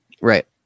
Right